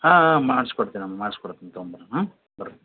ಹಾಂ ಹಾಂ ಮಾಡ್ಸಿ ಕೊಡ್ತೀನಿ ಅಮ್ಮ ಮಾಡ್ಸಿ ಕೊಡ್ತೀನಿ ತಗೋಂಬನ್ರಿ ಹ್ಞೂ ಬನ್ರಿ